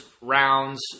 rounds